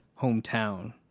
hometown